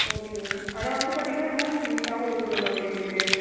ஓகேங்க மேம் ஆனால் வந்து பார்த்திங்கன்னா ரூம் நீட்டாகவும் இருக்கணும் மேம் எங்களுக்கு